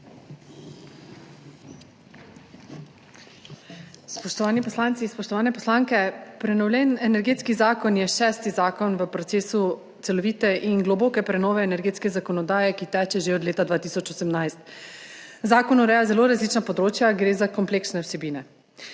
Spoštovani poslanci, spoštovane poslanke! Prenovljen Energetski zakon je šesti zakon v procesu celovite in globoke prenove energetske zakonodaje, ki teče že od leta 2018. Zakon ureja zelo različna področja, gre za kompleksne vsebine.